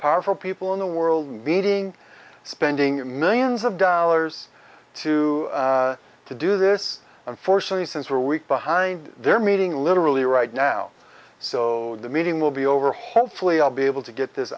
powerful people in the world meeting spending millions of dollars to to do this unfortunately since we're a week behind they're meeting literally right now so the meeting will be over hopefully i'll be able to get this